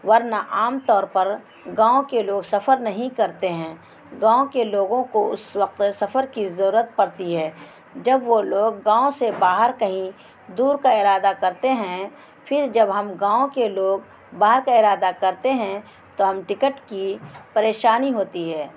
ورنہ عام طور پر گاؤں کے لوگ سفر نہیں کرتے ہیں گاؤں کے لوگوں کو اس وقت سفر کی ضرورت پڑتی ہے جب وہ لوگ گاؤں سے باہر کہیں دور کا ارادہ کرتے ہیں پھر جب ہم گاؤں کے لوگ باہر کا ارادہ کرتے ہیں تو ہم ٹکٹ کی پریشانی ہوتی ہے